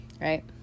right